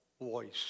voice